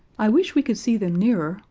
i wish we could see them nearer,